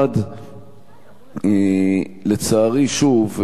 לצערי שוב,